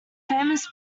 famous